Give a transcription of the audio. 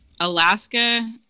Alaska